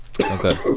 okay